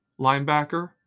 linebacker